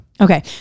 Okay